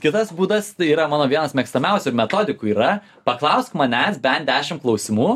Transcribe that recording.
kitas būdas tai yra mano vienas mėgstamiausių metodikų yra paklausk manęs bent dešimt klausimų